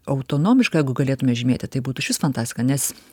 autonomiška jeigu galėtume žymėti tai būtų išvis fantastika nes